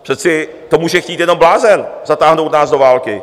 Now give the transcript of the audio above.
Přece to může chtít jenom blázen, zatáhnout nás do války.